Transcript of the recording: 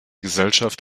gesellschaft